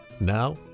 Now